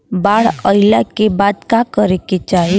बाढ़ आइला के बाद का करे के चाही?